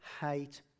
hate